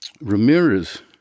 Ramirez